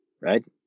right